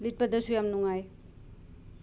ꯂꯤꯠꯄꯗꯁꯨ ꯌꯥꯝꯅ ꯅꯨꯡꯉꯥꯏ